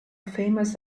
famous